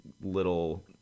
little